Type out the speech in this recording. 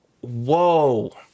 whoa